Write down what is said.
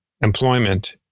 employment